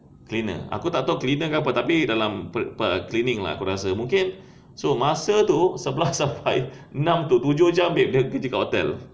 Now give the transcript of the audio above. cleaner aku tak tahu cleaner tapi dalam per~ per~ cleaning ah aku rasa mungkin so masa tu sebelas sampai enam tu~ tujuh jam babe dia kerja kat hotel